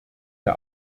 der